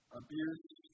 abuse